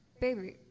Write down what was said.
Baby